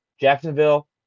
Jacksonville